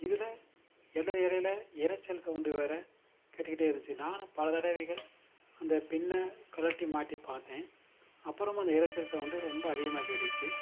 இதில் இடைல இடைல இரைச்சல் சௌண்டு வேற கேட்டுக்கிட்டே இருந்துச்சு நானும் பல தடவைகள் அந்த பின்னை கலட்டி மாட்டி பார்த்தேன் அப்புறமும் அந்த இரைச்சல் சௌண்டு ரொம்ப அதிகமாக கேட்டுச்சு